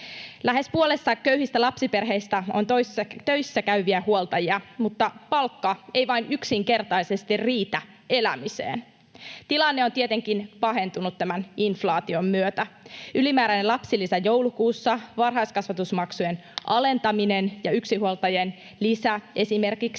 Lähes puolessa köyhistä lapsiperheistä on töissäkäyviä huoltajia, mutta palkka ei vain yksinkertaisesti riitä elämiseen. Tilanne on tietenkin pahentunut inflaation myötä. Ylimääräinen lapsilisä joulukuussa, varhaiskasvatusmaksujen alentaminen ja yksinhuoltajien lisä, esimerkiksi,